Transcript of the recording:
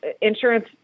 insurance